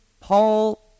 Paul